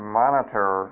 monitor